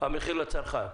המחיר לצרכן.